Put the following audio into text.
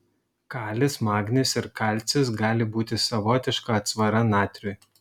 kalis magnis ir kalcis gali būti savotiška atsvara natriui